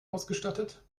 ausgestattet